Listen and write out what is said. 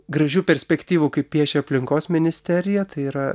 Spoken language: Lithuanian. gražių perspektyvų kaip piešia aplinkos ministerija tai yra